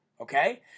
Okay